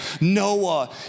Noah